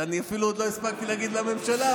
ואני אפילו עוד לא הספקתי להגיד "לממשלה".